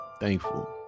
thankful